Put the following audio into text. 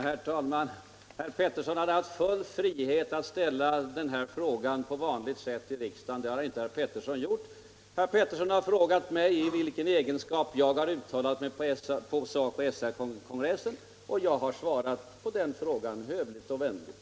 Herr talman! Herr Peterson i Nacka hade haft full frihet att ställa den här frågan på vanligt sätt i riksdagen, men det har han inte gjort. Herr Peterson har i stället frågat mig i vilken egenskap jag har uttalat mig på SACO/SR-kongressen, och jag har svarat på den frågan, hövligt och vänligt.